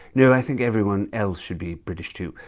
no, i think everyone else should be british, too.